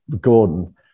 Gordon